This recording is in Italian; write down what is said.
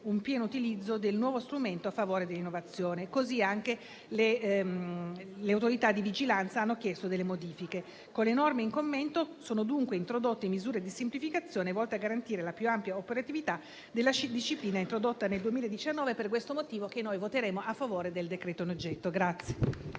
un pieno utilizzo del nuovo strumento a favore dell'innovazione, così anche le autorità di vigilanza hanno chiesto alcune modifiche. Con le norme in commento sono dunque introdotte misure di semplificazione volte a garantire la più ampia operatività della disciplina introdotta nel 2019. Per tale motivo, noi voteremo a favore del provvedimento in